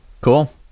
Cool